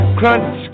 crunch